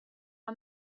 are